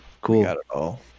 cool